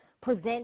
present